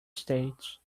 states